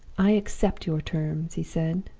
i accept your terms he said.